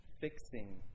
Fixing